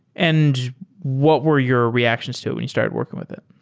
and what were your reactions to it when you started working with it?